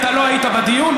אתה לא היית בדיון.